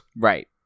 Right